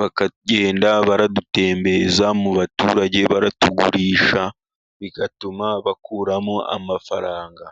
bakagenda baradutembereza mu baturage, baratugurisha bigatuma bakuramo amafaranga.